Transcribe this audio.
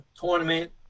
tournament